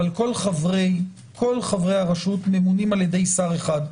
אבל כל חברי הרשות ממונים על-ידי שר אחד.